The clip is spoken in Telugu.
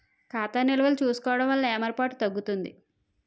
ఖాతా నిల్వలు చూసుకోవడం వలన ఏమరపాటు తగ్గుతుంది